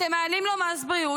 אתם מעלים לו מס בריאות,